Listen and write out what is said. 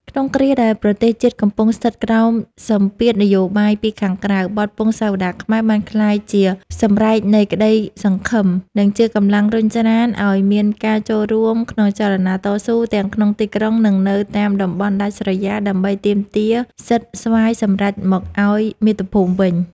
ក្នុងគ្រាដែលប្រទេសជាតិកំពុងស្ថិតក្រោមសម្ពាធនយោបាយពីខាងក្រៅ បទពង្សាវតារខ្មែរបានក្លាយជាសម្រែកនៃក្តីសង្ឃឹម និងជាកម្លាំងរុញច្រានឱ្យមានការចូលរួមក្នុងចលនាតស៊ូទាំងក្នុងទីក្រុង និងនៅតាមតំបន់ដាច់ស្រយាល ដើម្បីទាមទារសិទ្ធិស្វ័យសម្រេចមកឱ្យមាតុភូមិវិញ។